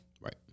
Right